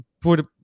put